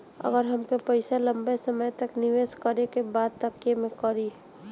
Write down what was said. अगर हमके पईसा लंबे समय तक निवेश करेके बा त केमें करों?